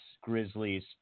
Grizzlies